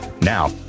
Now